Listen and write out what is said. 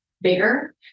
bigger